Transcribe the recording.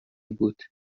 بود